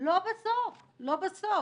ולא בסוף.